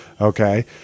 Okay